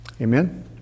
Amen